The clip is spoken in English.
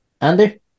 Andy